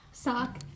sock